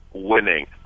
winning